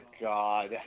God